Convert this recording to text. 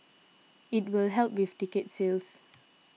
it will help with ticket sales